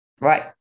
right